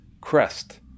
crest